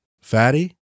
Fatty